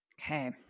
Okay